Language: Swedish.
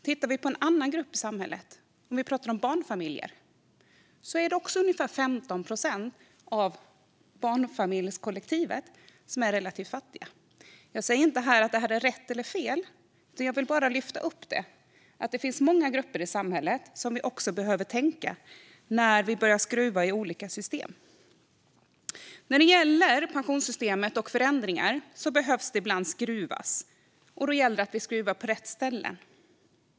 Tittar vi på en annan grupp i samhället, om vi talar om barnfamiljer, ser vi också att det är ungefär 15 procent av barnfamiljskollektivet som är relativt fattiga. Jag säger inte här att det är rätt eller fel. Jag vill bara lyfta upp det. Det finns många grupper i samhället som vi också behöver tänka på när vi börjar skruva i olika system. När det gäller pensionssystemet och förändringar behöver det ibland skruvas. Då gäller det att vi skruvar på rätt ställen.